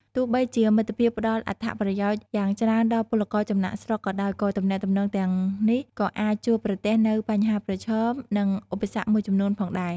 ទោះបីជាមិត្តភាពផ្ដល់អត្ថប្រយោជន៍យ៉ាងច្រើនដល់ពលករចំណាកស្រុកក៏ដោយ ក៏ទំនាក់ទំនងទាំងនេះក៏អាចជួបប្រទះនូវបញ្ហាប្រឈម និងឧបសគ្គមួយចំនួនផងដែរ ។